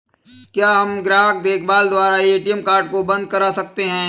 क्या हम ग्राहक देखभाल द्वारा ए.टी.एम कार्ड को बंद करा सकते हैं?